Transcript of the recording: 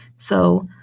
so,